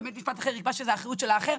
ובית משפט אחר יקבע שזו אחריות של האחר.